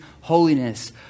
holiness